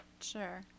sure